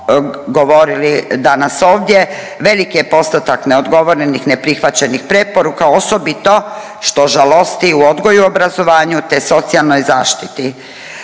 govorili danas ovdje veliki je postotak neodgovorenih neprihvaćenih preporuka. Osobito što žalosti u odgoju i obrazovanju te socijalnoj zaštiti,